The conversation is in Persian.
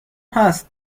هست